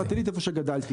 נצרת עילית איפה שגדלתי,